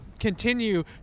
continue